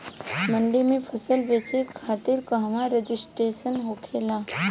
मंडी में फसल बेचे खातिर कहवा रजिस्ट्रेशन होखेला?